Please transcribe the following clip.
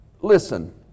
listen